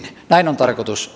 näin on tarkoitus